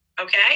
okay